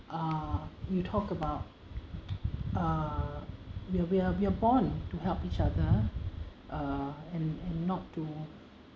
uh you talked about uh we're we're we are born to help each other uh and and not to